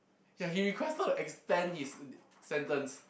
ya he requested extend his sentence